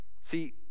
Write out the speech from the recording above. See